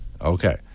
Okay